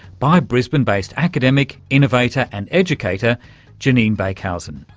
by brisbane-based academic, innovator and educator jenine beekhuyzen.